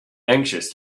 anxious